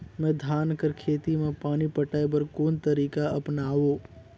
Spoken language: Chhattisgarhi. मैं धान कर खेती म पानी पटाय बर कोन तरीका अपनावो?